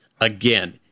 Again